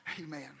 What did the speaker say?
Amen